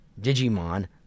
Digimon